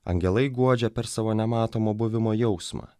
angelai guodžia per savo nematomą buvimo jausmą